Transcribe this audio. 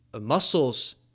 muscles